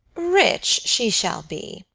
rich she shall be,